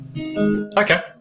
Okay